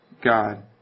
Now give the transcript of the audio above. God